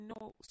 no